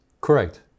Correct